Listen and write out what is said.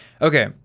Okay